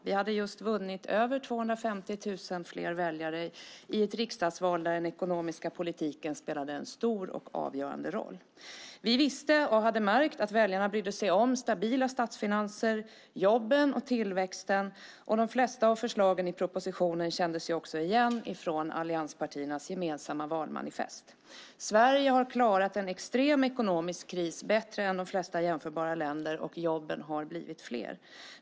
Vi hade just vunnit mer än 250 000 fler väljare i ett riksdagsval där den ekonomiska politiken spelade en stor och avgörande roll. Vi visste att väljarna brydde sig om stabila statsfinanser, jobb och tillväxt. De flesta av förslagen i propositionen kändes igen från allianspartiernas gemensamma valmanifest. Sverige har klarat en extrem ekonomisk kris bättre än de flesta jämförbara länderna, och jobben har blivit fler.